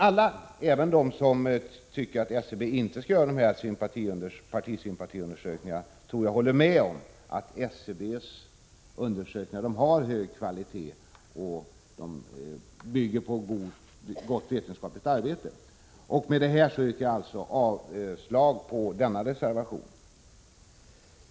Alla — även de som tycker att SCB inte skall göra partisympatiundersökningar — tror jag håller med om att SCB:s undersökningar är av hög kvalitet och att de bygger på ett gott vetenskapligt arbete. Med det anförda yrkar jag avslag på reservationen.